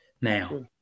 now